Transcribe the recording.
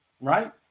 right